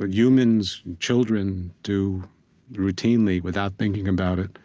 ah humans, children, do routinely without thinking about it